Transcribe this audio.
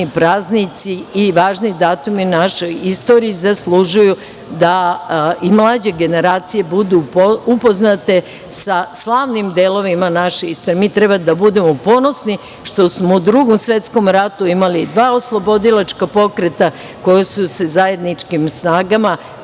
praznici i važni datumi u našoj istoriji zaslužuju da i mlađe generacije budu upoznate sa slavnim delovima naše istorije. Mi treba da budemo ponosni što smo u Drugom svetskom ratu imali dva oslobodilačka pokreta koja su se zajedničkim snagama,